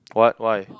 what why